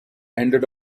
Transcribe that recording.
ended